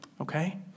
okay